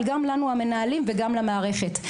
גם לנו המנהלים וגם למערכת,